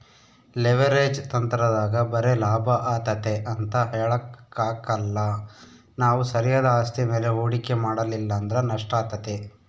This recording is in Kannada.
ಲೆವೆರೇಜ್ ತಂತ್ರದಾಗ ಬರೆ ಲಾಭ ಆತತೆ ಅಂತ ಹೇಳಕಾಕ್ಕಲ್ಲ ನಾವು ಸರಿಯಾದ ಆಸ್ತಿ ಮೇಲೆ ಹೂಡಿಕೆ ಮಾಡಲಿಲ್ಲಂದ್ರ ನಷ್ಟಾತತೆ